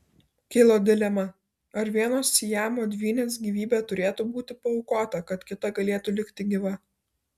kilo dilema ar vienos siamo dvynės gyvybė turėtų būti paaukota kad kita galėtų likti gyva